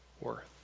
worth